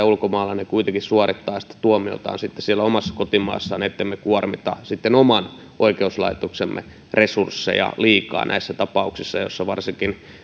ulkomaalainen kuitenkin suorittaa sitä tuomiotaan sitten siellä omassa kotimaassaan ettemme kuormita sitten oman oikeuslaitoksemme resursseja liikaa näissä tapauksissa joissa varsinkin